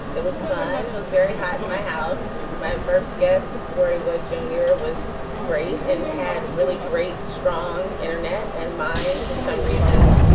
it was fun. it was very hot in my house. my first guests very well. junior was great and had really great strong internet and mine for some reason.